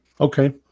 Okay